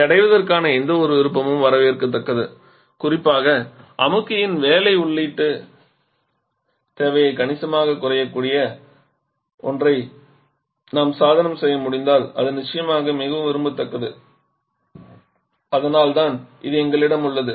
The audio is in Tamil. அதை அடைவதற்கான எந்தவொரு விருப்பமும் வரவேற்கத்தக்கது குறிப்பாக அமுக்கிக்கான வேலை உள்ளீட்டுத் தேவையை கணிசமாகக் குறைக்கக்கூடிய ஒன்றை நாம் சாதனம் செய்ய முடிந்தால் அது நிச்சயமாக மிகவும் விரும்பத்தக்கது அதனால்தான் இது எங்களிடம் உள்ளது